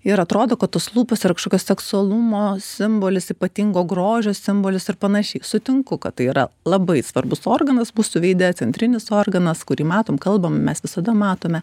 ir atrodo kad tos lūpos yra kažkokios seksualumo simbolis ypatingo grožio simbolis ir panašiai sutinku kad tai yra labai svarbus organas mūsų veide centrinis organas kurį matom kalbame mes visada matome